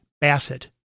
Bassett